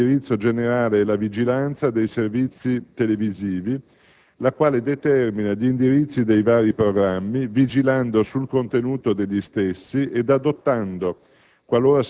per l'indirizzo generale e la vigilanza dei servizi televisivi la quale determina gli indirizzi dei vari programmi, vigilando sul contenuto degli stessi ed adottando,